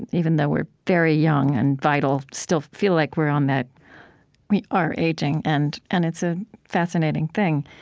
even though we're very young and vital, still feel like we're on that we are aging, and and it's a fascinating thing.